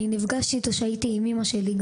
אני נפגשתי איתו גם כשהייתי עם אימא שלי.